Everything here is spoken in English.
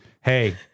Hey